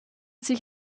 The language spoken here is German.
sich